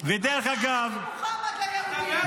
אני נגד כיבוש, ודרך אגב ----- מוחמד ליהודים.